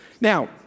Now